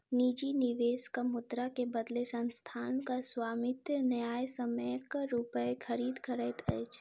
निजी निवेशक मुद्रा के बदले संस्थानक स्वामित्व न्यायसम्यक रूपेँ खरीद करैत अछि